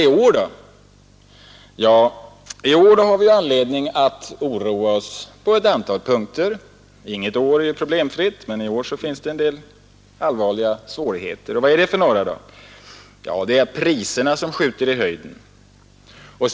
I år har vi anledning att oroa oss på ett antal punkter. Inget år är problem fritt, men i år finns en del allvarliga svårigheter. Vilka är då de? Jo, priserna skjuter i höjden.